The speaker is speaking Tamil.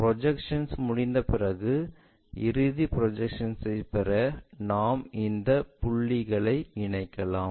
ப்ரொஜெக்ஷன்ஸ் முடித்தபிறகு இறுதி ப்ரொஜெக்ஷன்ஐ பெற நாம் இந்த புள்ளிகளில் இணைக்கலாம்